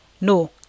No